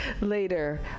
later